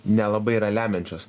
nelabai yra lemiančios